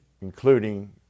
including